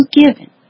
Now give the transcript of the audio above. given